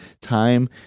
time